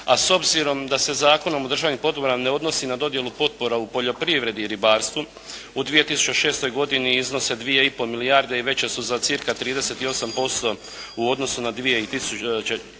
a s obzirom da se Zakonom o državnim potporama ne odnosi na dodjelu potpora u poljoprivredi i ribarstvu u 2006. godini iznose 2,5 milijarde i veće su za cca. 38% u odnosu na 2004.